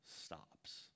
stops